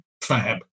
Fab